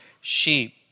sheep